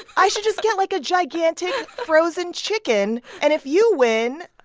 i should just get, like, a gigantic, frozen chicken. and if you win,